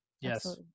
Yes